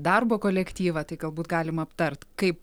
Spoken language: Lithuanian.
darbo kolektyvą tai galbūt galim aptart kaip